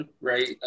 right